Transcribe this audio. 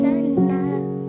enough